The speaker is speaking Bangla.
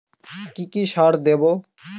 কি কি সার দেবো?